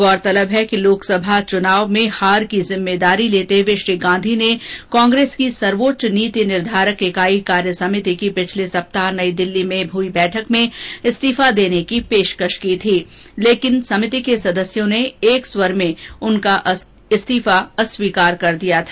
गौरतलब है कि लोकसभा चुनाव में हार की जिम्मेदारी लेते हुए श्री गांधी ने कांग्रेस की सर्वोच्च नीति निर्धारक इकाई कार्यसमिति की पिछले सप्ताह नई दिल्ली में हुई बैठक में इस्तीफा देने की पेशकश की थी लेकिन समिति के सदस्यों ने एक स्वर में उनका इस्तीफा अस्वीकार किया था